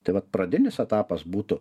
tai vat pradinis etapas būtų